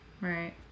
Right